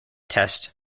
test